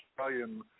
Australian